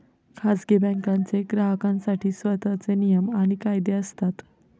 खाजगी बँकांचे ग्राहकांसाठी स्वतःचे नियम आणि कायदे असतात